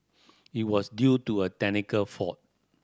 it was due to a technical fault